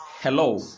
Hello